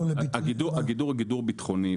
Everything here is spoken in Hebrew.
הגידור הוא גידור ביטחוני,